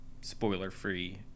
spoiler-free